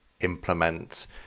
implement